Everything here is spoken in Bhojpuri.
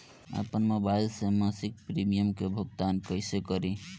आपन मोबाइल से मसिक प्रिमियम के भुगतान कइसे करि?